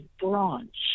branch